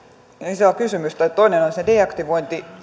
isoa kysymystä toinen on se deaktivointi